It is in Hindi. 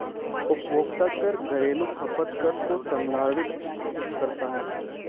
उपभोग कर घरेलू खपत कर को संदर्भित करता है